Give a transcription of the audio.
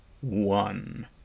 one